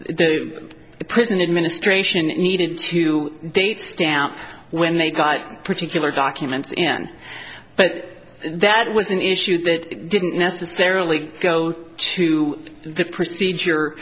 the prison administration needed to date stamp when they got particular documents in but that was an issue that didn't necessarily go to the procedure